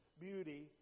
beauty